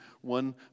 one